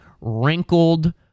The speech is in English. wrinkled